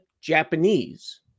Japanese